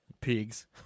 Pigs